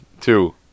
two